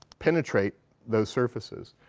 penetrate those surfaces.